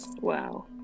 Wow